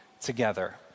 together